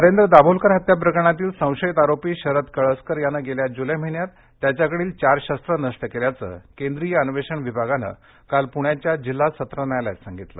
नरेंद्र दाभोळकर हत्या प्रकरणातील संशयित आरोपी शरद कळसकर यानं गेल्या जूलै महिन्यात त्याच्याकडील चार शस्त्र नष्ट केल्याचं केंद्रीय अन्वेषण विभागानं काल पुण्याच्या जिल्हा सत्र न्यायालयात सांगितलं